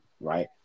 right